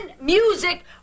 music